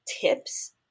tips